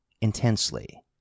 intensely